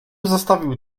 zostawił